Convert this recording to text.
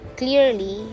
clearly